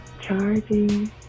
charging